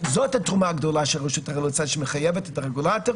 זאת התרומה הגדולה של רשות --- שמחייבת את הרגולטור